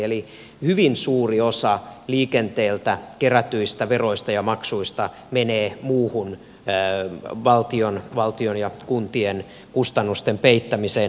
eli hyvin suuri osa liikenteeltä kerätyistä veroista ja maksuista menee muuhun valtion ja kuntien kustannusten peittämiseen